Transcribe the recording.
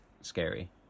scary